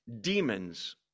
demons